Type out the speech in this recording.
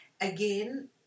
Again